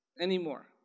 anymore